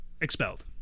expelled